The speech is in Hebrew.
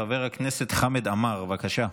חבר הכנסת חמד עמאר, בבקשה.